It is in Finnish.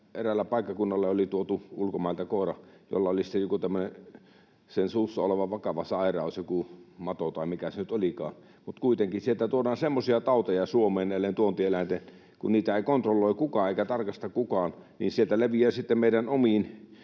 eräälle paikkakunnalle oli tuotu ulkomailta koira, jolla oli sitten joku tämmöinen sen suussa oleva vakava sairaus, joku mato tai mikä se nyt olikaan, mutta kuitenkin sieltä tuodaan semmoisia tauteja Suomeen näiden tuontieläinten mukana. Kun niitä ei kontrolloi kukaan eikä tarkasta kukaan, niin sieltä leviää sitten meidän omiin,